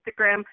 Instagram